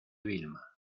vilma